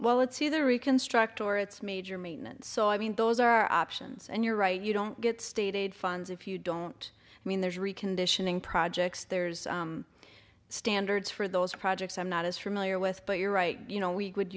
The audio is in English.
well it's either reconstruct or it's major maintenance so i mean those are options and you're right you don't get state aid funds if you don't i mean there's reconditioning projects there's standards for those projects i'm not as familiar with but you're right you know we would